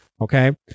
Okay